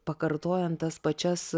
pakartojant tas pačias